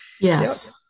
Yes